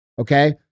Okay